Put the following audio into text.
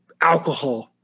alcohol